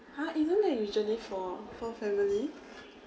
!huh! isn't that usually for for family